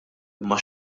imma